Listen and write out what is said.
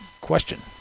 question